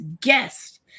guest